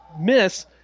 miss